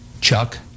Chuck